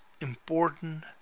Important